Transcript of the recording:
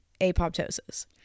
apoptosis